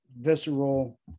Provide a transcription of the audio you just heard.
visceral